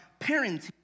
parenting